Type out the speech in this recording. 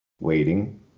waiting